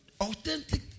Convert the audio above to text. authentic